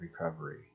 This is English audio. recovery